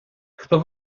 хто